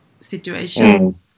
situation